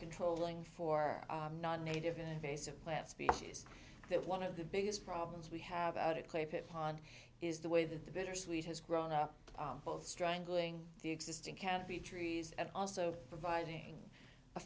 controlling for non native invasive plants species that one of the biggest problems we have at it clip it pond is the way that the bittersweet has grown up both strangling the existing can't be trees and also providing a